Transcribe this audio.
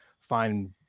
find